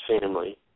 family